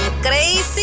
crazy